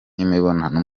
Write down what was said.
n’imibonano